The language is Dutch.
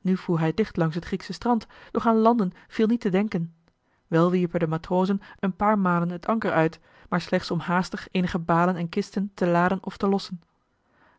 nu voer hij dicht langs het grieksche strand doch aan landen viel niet te denken wel wierpen de matrozen een paar malen het anker uit maar slechts om haastig eenige balen en kisten te laden of te lossen